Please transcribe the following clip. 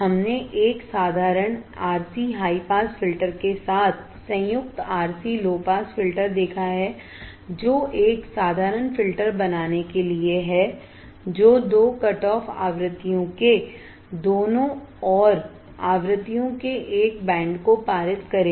हमने एक साधारण RC हाई पास फिल्टर के साथ संयुक्त RC लो पास फिल्टर देखा है जो एक साधारण फिल्टर बनाने के लिए है जो दो कटऑफ आवृत्तियों के दोनों ओर आवृत्तियों के एक बैंड को पारित करेगा